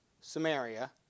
Samaria